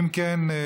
אם כן,